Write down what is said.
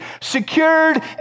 secured